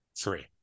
three